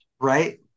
right